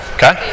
Okay